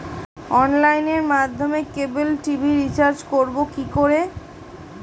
অনলাইনের মাধ্যমে cable TV recharge করব কি করে?